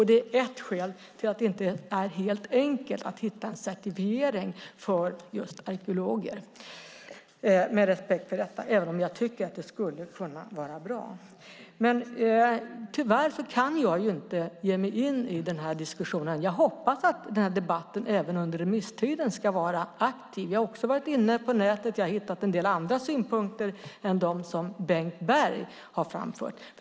Det är ett skäl till att det inte är helt enkelt att hitta en certifiering för just arkeologer, även om jag med all respekt för detta tycker att det skulle kunna vara bra. Tyvärr kan jag inte ge mig in i denna diskussion. Jag hoppas att debatten även under remisstiden ska vara aktiv. Också jag har varit ute på nätet, och jag har hittat en del andra synpunkter än dem som Bengt Berg har framfört.